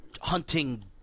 hunting